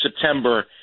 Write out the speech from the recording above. September